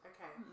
Okay